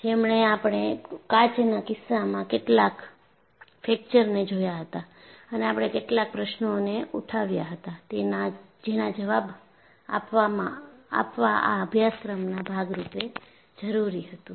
છેલ્લે આપણે કાચના કિસ્સામાં કેટલાક ફ્રેક્ચરને જોયા હતા અને આપણે કેટલાક પ્રશ્નોને ઉઠાવ્યા હતા જેના જવાબ આપવા આ અભ્યાસક્રમના ભાગ રૂપે જરૂરી હતું